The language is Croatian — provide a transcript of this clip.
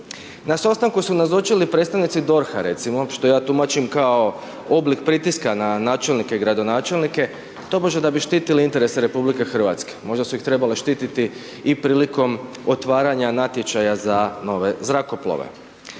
Na sastanku su nazočili predstavnici DORH-a recimo što ja tumačim kao oblik pritiska na načelnike i gradonačelnike tobože da bi štitili interese RH. Možda su ih trebali štititi i prilikom otvaranja natječaja za nove zrakoplove.